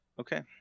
Okay